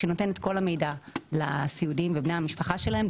שנותן את כל המידע לסיעודיים ובני המשפחה שלהם,